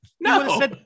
No